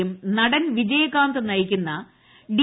യും നടൻ വിജയകാന്ത് നയിക്കുന്ന ഡി